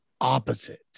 Opposite